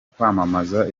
kwamamaza